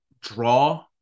draw